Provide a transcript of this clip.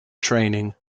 training